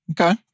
Okay